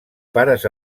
pares